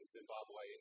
Zimbabwe